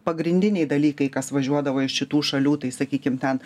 pagrindiniai dalykai kas važiuodavo iš šitų šalių tai sakykim ten